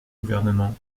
gouvernement